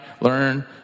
learn